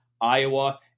Iowa